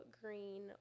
green